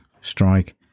strike